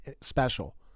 special